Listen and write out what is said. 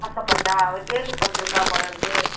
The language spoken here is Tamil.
ஆசைப்பட்டா அவள் கேள்விப்பட்டிருக்கா போல் இருக்குது